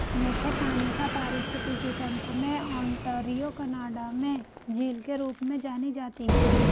मीठे पानी का पारिस्थितिकी तंत्र में ओंटारियो कनाडा में झील के रूप में जानी जाती है